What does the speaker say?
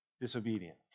disobedience